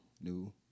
new